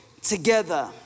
together